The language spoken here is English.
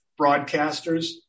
broadcasters